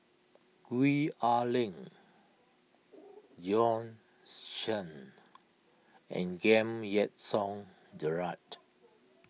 Gwee Ah Leng Bjorn Shen and Giam Yean Song Gerald